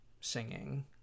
singing